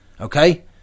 Okay